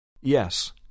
Yes